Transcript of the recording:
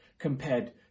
compared